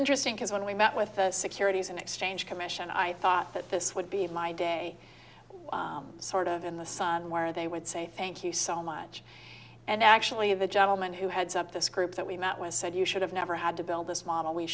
interesting because when we met with the securities and exchange commission i thought that this would be my day sort of in the sun where they would say thank you so much and actually the gentleman who heads up this group that we met with said you should have never had to build this model we